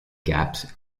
gaps